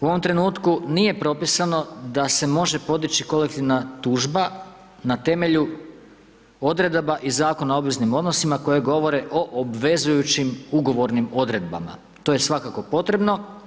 U ovom trenutku nije propisano da se može podići kolektivna tužba na temelju odredaba iz Zakona o obveznim odnosima koje govore o obvezujućim ugovornim odredbama, to je svakako potrebno.